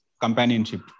companionship